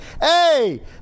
Hey